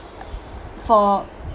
for